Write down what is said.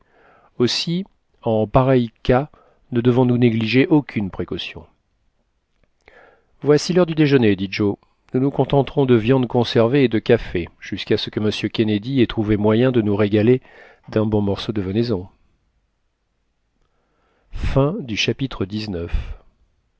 aussi en pareil cas ne devons-nous négliger aucune précaution voici l'heure du déjeuner dit joe nous nous contenterons de viande conservée et de café jusqu'à ce que m kennedy ait trouvé moyen de nous régaler d'un bon morceau de venaison chapitre